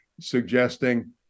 suggesting